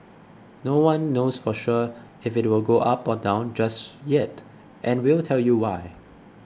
no one knows for sure if it will go up or down just yet and we'll tell you why